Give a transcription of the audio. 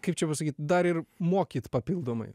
kaip čia pasakyt dar ir mokyt papildomai